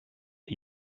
the